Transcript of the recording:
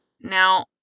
Now